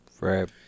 Right